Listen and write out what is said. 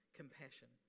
compassion